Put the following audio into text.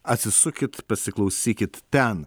atsisukit pasiklausykit ten